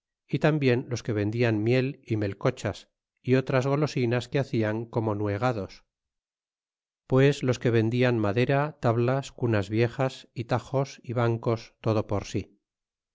y tambien los que vendian miel y melcochas y otras golosinas que hacian como nuegados pues los que vendian madera tabi as cunas viejas é tajos é bancos todo por sí